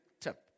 tip